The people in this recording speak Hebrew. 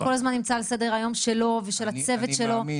כל הזמן נמצא על סדר היום שלו ושל הצוות שלו וזה מתקדם,